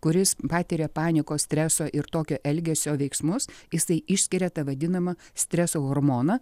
kuris patiria panikos streso ir tokio elgesio veiksmus jisai išskiria tą vadinamą streso hormoną